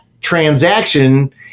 transaction